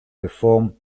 perform